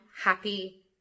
happy